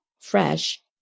fresh